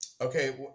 Okay